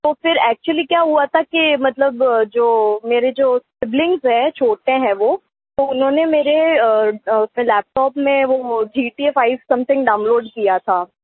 तो फिर एक्चुअली क्या हुआ था कि मतलब जो मेरे जो सिबलिंग्स है छोटे हैं वो तो उन्होंने मेरे लैपटॉप में वो G T A five something download किया था